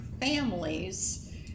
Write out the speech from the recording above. families